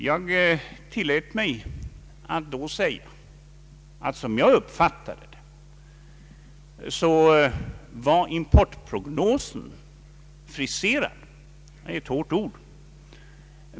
Jag tillät mig då att säga att importprognosen enligt min uppfattning var friserad. Det är ett hårt ord.